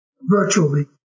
virtually